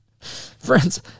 friends